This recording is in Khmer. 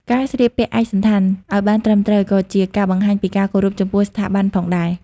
ការស្លៀកពាក់ឯកសណ្ឋាន ឲ្យបានត្រឹមត្រូវ ក៏ជាការបង្ហាញពីការគោរពចំពោះស្ថាប័នផងដែរ។